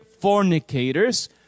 fornicators